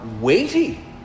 weighty